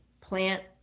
Plant